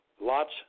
Lots